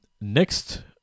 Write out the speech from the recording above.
next